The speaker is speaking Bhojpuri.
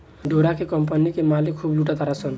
डोरा के कम्पनी के मालिक खूब लूटा तारसन